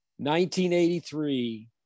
1983